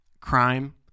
Crime